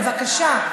בבקשה.